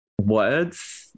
words